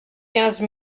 quinze